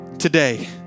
today